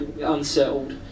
unsettled